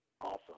awesome